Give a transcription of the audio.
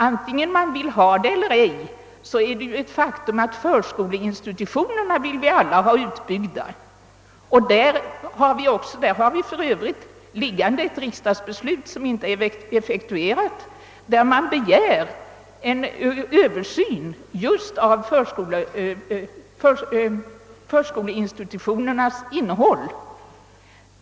Antingen man vill ha den obligatoriska förskolan eller inte är det ändå ett faktum, att vi alla vill ha förskoleinstitutionerna utbyggda. Vi har för övrigt ett riksdagsbeslut liggande, som inte är effektuerat, vari begärs en Översyn just av förskoleinstitutionernas innehåll.